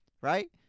right